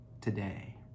today